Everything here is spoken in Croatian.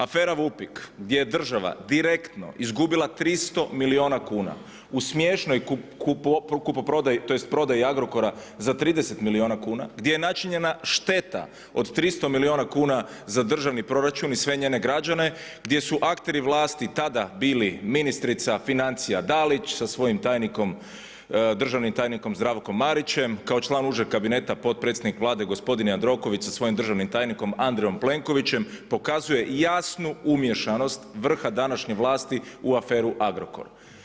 Afera VUPIK gdje država direktno izgubila 300 milijuna kuna u smiješnoj kupoprodaji, tj. prodaji Agrokora za 30 milijuna kuna, gdje je načinjena šteta od 300 milijuna kuna za državni proračun i sve njene građane, gdje su akteri vlasti tada bili ministrica financija Dalić sa svojim tajnikom, državnim tajnikom Zdravkom Marićem kao član Užeg kabineta potpredsjednik Vlade gospodin Jandroković sa svojim državnim tajnikom Andrejom Plenkovićem pokazuje jasnu umiješanost vrha današnje vlasti u aferu Agrokor.